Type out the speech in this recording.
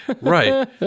Right